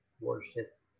worship